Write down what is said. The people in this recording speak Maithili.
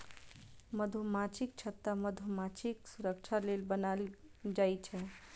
मधुमाछीक छत्ता मधुमाछीक सुरक्षा लेल बनाएल जाइ छै